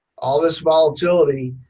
all this volatility,